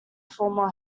former